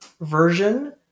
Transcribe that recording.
version